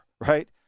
right